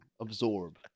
absorb